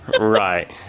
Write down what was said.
Right